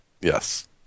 Yes